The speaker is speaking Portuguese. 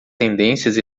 tendências